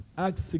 Acts